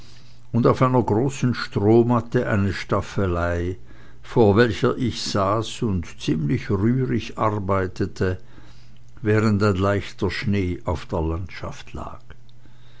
und auf einer großen strohmatte eine staffelei vor welcher ich saß und ziemlich rührig arbeitete während ein leichter schnee auf der landschaft lag